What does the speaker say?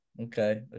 okay